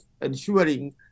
ensuring